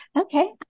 Okay